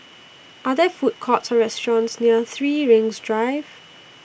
Are There Food Courts Or restaurants near three Rings Drive